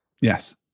yes